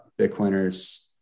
Bitcoiners